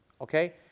Okay